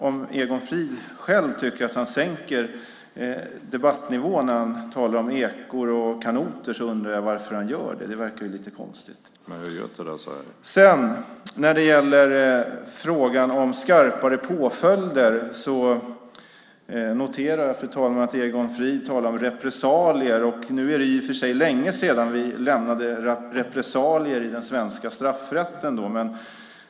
Om Egon Frid själv tycker att han sänker debattnivån när han talar om ekor och kanoter undrar jag varför han gör det. Det verkar lite konstigt. Fru talman! När det gäller frågan om skarpare påföljder noterar jag att Egon Frid talar om repressalier. Det är länge sedan vi lämnade repressalier i den svenska straffrätten.